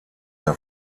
der